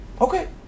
Okay